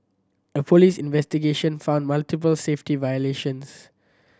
a police investigation found multiple safety violations